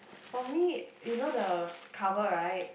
for me you know the cover right